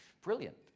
Brilliant